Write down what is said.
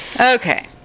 Okay